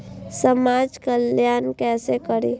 समाज कल्याण केसे करी?